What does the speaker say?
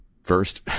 First